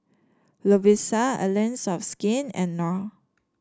Lovisa Allies of Skin and Knorr